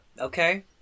Okay